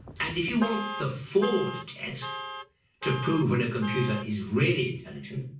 and if you want the ford test to prove when a computer is really intelligent,